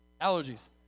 allergies